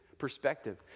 perspective